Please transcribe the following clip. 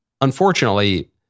unfortunately